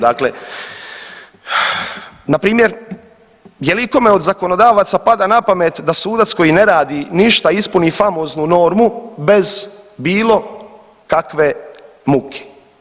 Dakle, npr. je li ikome od zakonodavaca pada napamet da sudac koji ne radi ništa, ispuni famoznu normu bez bilo kakve muke.